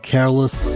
Careless